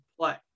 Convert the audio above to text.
play